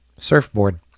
surfboard